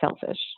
selfish